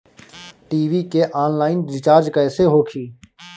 TV के online recharge कैसे होखी?